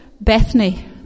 Bethany